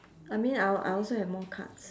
I mean I I also have more cards